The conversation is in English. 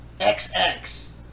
XX